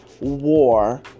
war